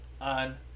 On